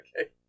Okay